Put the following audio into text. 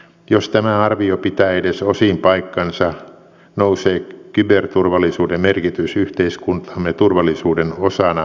jos tämä arvio pitää edes osin paikkansa nousee kyberturvallisuuden merkitys yhteiskuntamme turvallisuuden osana merkittävästi